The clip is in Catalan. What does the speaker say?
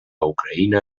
ucraïna